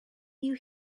you